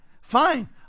fine